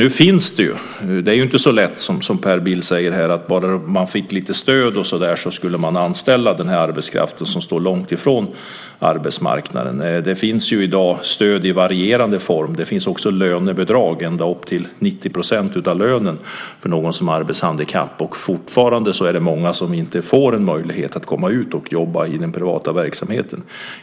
Det är inte så lätt som Per Bill säger att bara man fick lite stöd så skulle man anställa den arbetskraft som står långt ifrån arbetsmarknaden. Det finns i dag stöd i varierande form. Det finns också lönebidrag ända upp till 90 % av lönen för någon som har arbetshandikapp. Fortfarande är det för många som inte får en möjlighet att komma ut och jobba i den privata verksamheten.